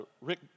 Rick